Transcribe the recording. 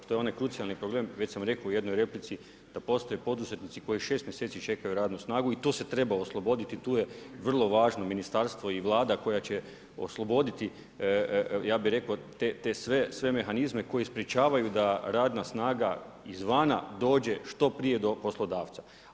To je onaj krucijalni problem, već sam rekao u jednoj replici da postoje poduzetnici koji 6 mjeseci čekaju radnu snagu i tu se treba osloboditi, tu je vrlo važno ministarstvo i Vlada koja će osloboditi, ja bih rekao te sve mehanizme koji sprečavaju da radna snaga iz vana dođe što prije do poslodavca.